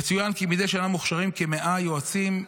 יצוין כי מדי שנה מוכשרים כ-100 יועצים,